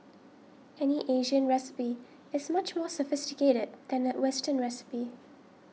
any Asian recipe is much more sophisticated than a western recipe